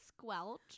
squelch